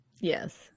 Yes